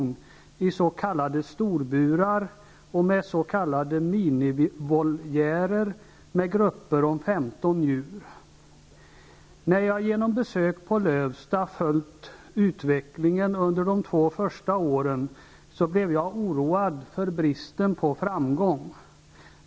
När jag genom besök på Lövsta följt utvecklingen under de två första åren, blev jag oroad över bristen på framgång.